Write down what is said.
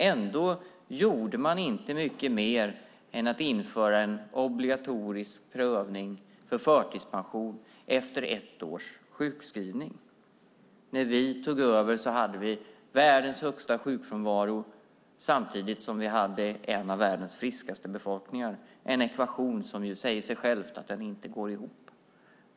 Ändå gjorde man inte mycket mer än att införa en obligatorisk prövning för förtidspension efter ett års sjukskrivning. När vi tog över hade Sverige världens högsta sjukfrånvaro samtidigt som vi hade en av världens friskaste befolkningar. Det är en ekvation som inte går ihop; det säger sig självt.